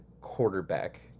quarterback